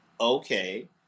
okay